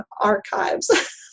archives